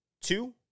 two